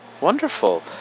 wonderful